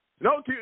No